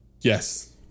Yes